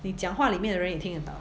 你讲话里面的人也听得到